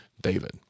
David